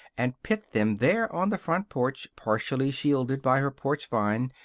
and pit them there on the front porch partially shielded by her porch vine,